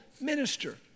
minister